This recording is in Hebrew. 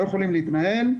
לא יכולים להתנהל,